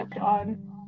on